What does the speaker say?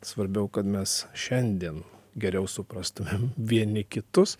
svarbiau kad mes šiandien geriau suprastumėm vieni kitus